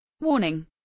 Warning